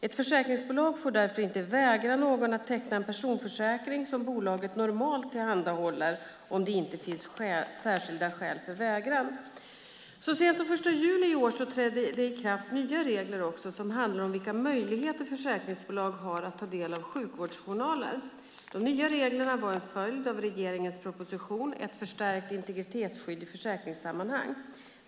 Ett försäkringsbolag får därför inte vägra någon att teckna en personförsäkring som bolaget normalt tillhandahåller om det inte finns särskilda skäl för vägran. Så sent som den 1 juli i år trädde det i kraft nya regler som handlar om vilka möjligheter försäkringsbolag har att ta del av sjukvårdsjournaler. De nya reglerna var en följd av regeringens proposition Ett förstärkt integritetsskydd i försäkringssammanhang .